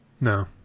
No